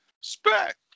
spec